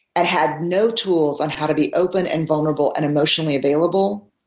and had no tools on how to be open and vulnerable and emotionally available,